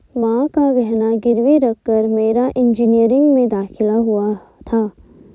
मां का गहना गिरवी रखकर मेरा इंजीनियरिंग में दाखिला हुआ था